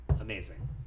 Amazing